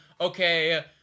okay